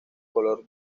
color